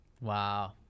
Wow